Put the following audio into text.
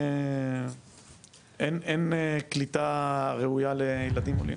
אין קליטה ראויה לילדים עולים.